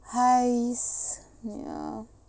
!hais! ya